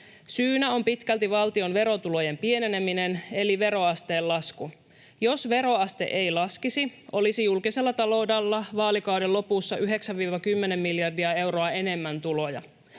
Syynä on pitkälti valtion verotulojen pieneneminen eli veroasteen lasku. Jos veroaste ei laskisi, olisi julkisella taloudella vaalikauden lopussa 9—10 miljardia euroa enemmän tuloja.